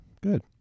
Good